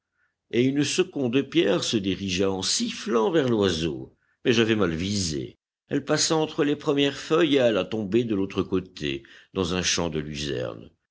et une seconde pierre se dirigea en sifflant vers l'oiseau mais j'avais mal visé elle passa entre les premières feuilles et alla tomber de l'autre côté dans un champ de luzerne